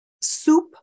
soup